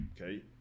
okay